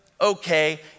okay